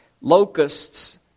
locusts